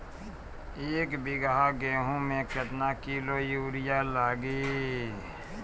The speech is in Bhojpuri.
एक बीगहा गेहूं में केतना किलो युरिया लागी?